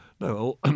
no